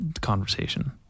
conversation